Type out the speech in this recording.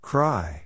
Cry